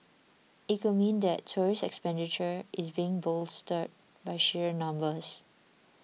it could mean that tourist expenditure is being bolstered by sheer numbers